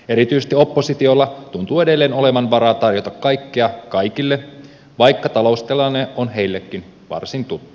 erityisesti oppositiolla tuntuu edelleen olevan varaa tarjota kaikkea kaikille vaikka taloustilanne on heillekin varsin tuttu